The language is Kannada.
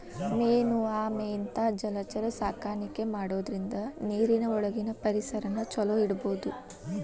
ಮೇನು ಆಮೆ ಇಂತಾ ಜಲಚರ ಸಾಕಾಣಿಕೆ ಮಾಡೋದ್ರಿಂದ ನೇರಿನ ಒಳಗಿನ ಪರಿಸರನ ಚೊಲೋ ಇಡಬೋದು